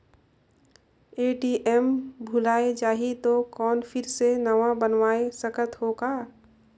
ATM भुलाये जाही तो कौन फिर से नवा बनवाय सकत हो का?